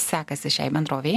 sekasi šiai bendrovei